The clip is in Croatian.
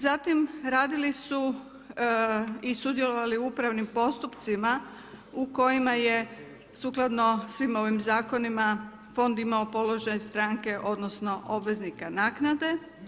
Zatim radili su i sudjelovali u upravnim postupcima u kojima je sukladno svim ovim zakonima fond imao položaj stranke odnosno obveznika naknade.